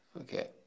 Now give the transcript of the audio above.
Okay